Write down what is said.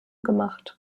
gemacht